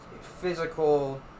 physical